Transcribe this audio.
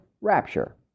Rapture